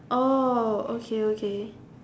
oh okay okay